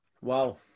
Wow